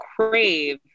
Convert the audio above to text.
crave